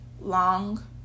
long